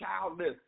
childless